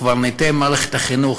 קברניטי מערכת החינוך,